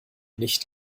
nicht